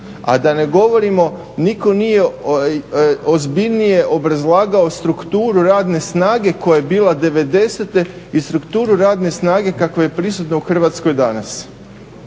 A da ne govorimo, nitko nije ozbiljnije obrazlagao strukturu radne snage koja je bila devedesete i strukturu radne snage kakva je prisutna u Hrvatskoj danas.